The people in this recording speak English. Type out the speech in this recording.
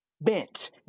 Bent